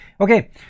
Okay